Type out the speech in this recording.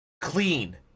Clean